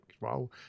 wow